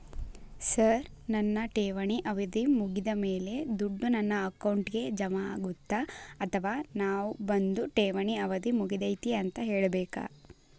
Sir ನನ್ನ ಠೇವಣಿ ಅವಧಿ ಮುಗಿದಮೇಲೆ, ದುಡ್ಡು ನನ್ನ ಅಕೌಂಟ್ಗೆ ಜಮಾ ಆಗುತ್ತ ಅಥವಾ ನಾವ್ ಬಂದು ಠೇವಣಿ ಅವಧಿ ಮುಗದೈತಿ ಅಂತ ಹೇಳಬೇಕ?